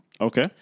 Okay